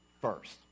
first